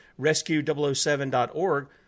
rescue007.org